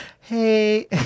hey